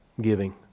giving